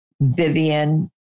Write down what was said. Vivian